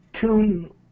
tune